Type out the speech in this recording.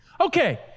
Okay